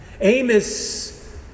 Amos